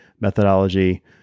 methodology